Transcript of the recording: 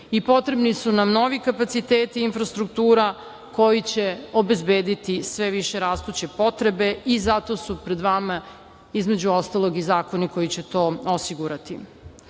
Potrebni su nam novi kapaciteti, infrastruktura koji će obezbediti sve više rastuće potrebe i zato su pred vama, između ostalog, i zakoni će to osigurati. Moramo